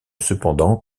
cependant